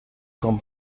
con